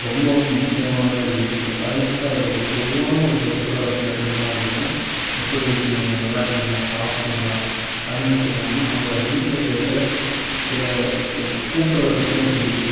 ரொம்ப வந்து முக்கியமானதாக இருக்குது அதில் மட்டும் அதுனோட பொதுவான ஒரு சொற்சொடர் அப்படின்னு எடுத்துக்கிட்டோம் அப்படின்னா எப்படி இருக்கீங்க நல்லா இருக்கீங்களா சாப்பிட்டிங்களா அதுமட்டும் இல்லாமல் நம்மளோட வீட்டில் பேசுகிற சில கூ கூப்பிட்றத்துக்கும் சரி